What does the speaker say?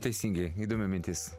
teisingai įdomi mintis